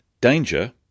danger